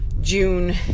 June